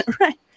Right